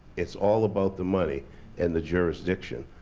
it's all about the money and the jurisdiction.